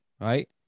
Right